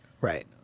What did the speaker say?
right